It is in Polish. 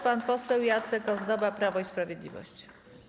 Pan poseł Jacek Ozdoba, Prawo i Sprawiedliwość.